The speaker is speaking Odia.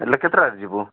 ହେଲେ କେତେଟାରେ ଯିବୁ